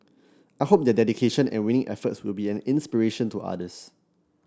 I hope their dedication and winning efforts will be an inspiration to others